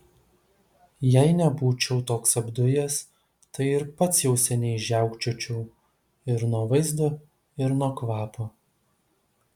jei nebūčiau toks apdujęs tai ir pats jau seniai žiaukčiočiau ir nuo vaizdo ir nuo kvapo